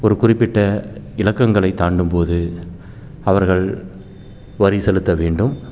ஒரு குறிப்பிட்ட இலக்கங்களைத் தாண்டும்போது அவர்கள் வரி செலுத்த வேண்டும்